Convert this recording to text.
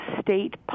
state